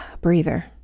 breather